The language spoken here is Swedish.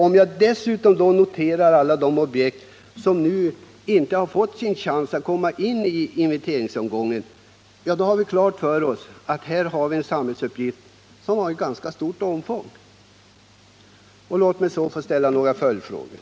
Om jag dessutom räknar med alla de inventeringsobjekt som inte har fått sin chans att komma med i inventeringsomgången, då står det klart att vi här har en samhällsuppgift av ganska stor omfattning. Låt mig avsluta med att ställa några följdfrågor.